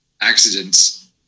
accidents